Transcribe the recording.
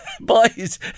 Boys